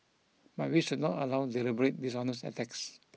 but we should not allow deliberate dishonest attacks